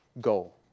goal